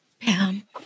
Pam